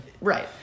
Right